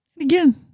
Again